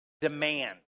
demand